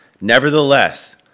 Nevertheless